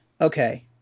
okay